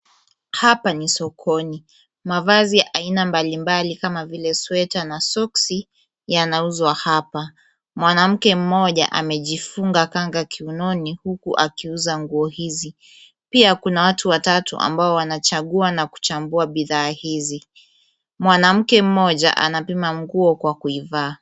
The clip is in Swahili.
Hapa ni sokoni, mavazi ya aina mbalimbali kama vile sweta na soksi yanauzwa hapa. Mwanamke mmoja amejifunga kanga kiunoni huku akiuza nguo hizi. Pia kuna watu watatu ambao wanachagua na kuchambua bidhaa hizi, mwanamke mmoja anapima nguo kwa kuivaa.